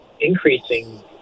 increasing